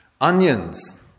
onions